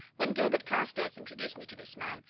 when gilbert carstairs introduced me to this man,